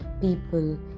People